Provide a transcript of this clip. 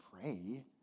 pray